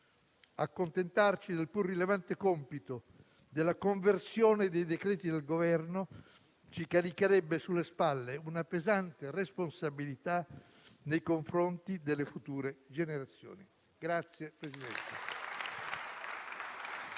Accontentarci del pur rilevante compito della conversione dei decreti-legge del Governo ci caricherebbe sulle spalle una pesante responsabilità nei confronti delle future generazioni.